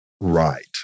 Right